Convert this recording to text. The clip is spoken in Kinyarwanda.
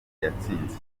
yatsinze